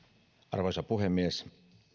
arvoisa puhemies